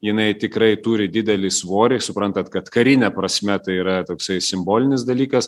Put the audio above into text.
jinai tikrai turi didelį svorį suprantat kad karine prasme tai yra toksai simbolinis dalykas